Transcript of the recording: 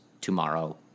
tomorrow